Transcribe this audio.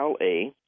LA